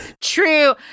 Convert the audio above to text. True